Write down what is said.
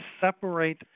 separate